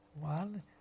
One